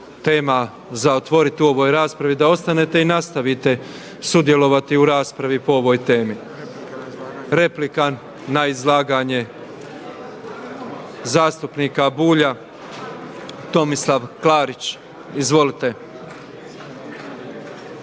za otvoriti u ovoj raspravi, da ostanete i nastavite sudjelovati u raspravi po ovoj temi. Replika na izlaganje zastupnika Bulja Tomislav Klarić. Izvolite.